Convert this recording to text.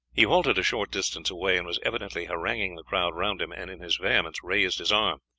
he halted a short distance away and was evidently haranguing the crowd round him, and in his vehemence raised his arm.